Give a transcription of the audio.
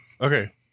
Okay